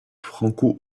franco